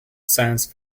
science